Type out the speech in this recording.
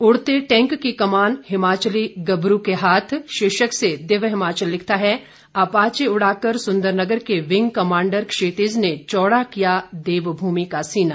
उड़ते टैंक की कमान हिमाचली गबरू के हाथ शीर्षक से दिव्य हिमाचल लिखता है अपाचे उड़ाकर सुंदरनगर के विंग कमांडर क्षितिज ने चौड़ा किया देवभूमि का सीना